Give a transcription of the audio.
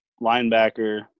linebacker